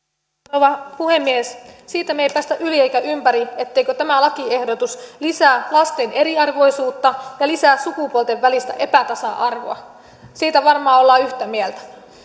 rouva puhemies siitä me emme pääse yli eikä ympäri etteikö tämä lakiehdotus lisää lasten eriarvoisuutta ja lisää sukupuolten välistä epätasa arvoa siitä varmaan ollaan yhtä mieltä